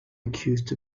accused